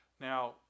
Now